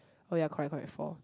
oh ya correct correct four